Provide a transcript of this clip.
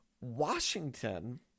Washington